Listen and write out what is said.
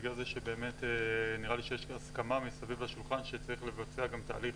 בגלל שנראה לי שיש הסכמה סביב השולחן שצריך לבצע גם תהליך